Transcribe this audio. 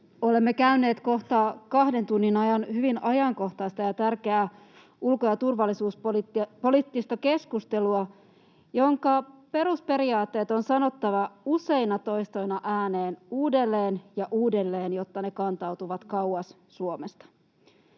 Olemme käyneet kohta kahden tunnin ajan hyvin ajankohtaista ja tärkeää ulko- ja turvallisuuspoliittista keskustelua, jonka perusperiaatteet on sanottava useina toistoina ääneen uudelleen ja uudelleen, jotta ne kantautuvat kauas Suomesta.